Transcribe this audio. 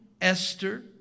Esther